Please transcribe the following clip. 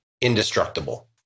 indestructible